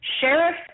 Sheriff